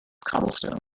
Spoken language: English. cobblestone